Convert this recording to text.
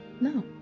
No